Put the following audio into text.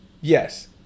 yes